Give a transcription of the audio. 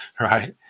right